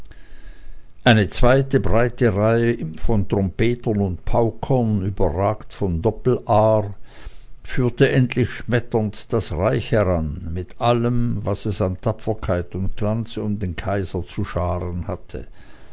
eine zweite breite reihe von trompetern und paukern überragt vom doppelaar führte endlich schmetternd das reich heran mit allem was es an tapferkeit und glanz um den kaiser zu scharen hatte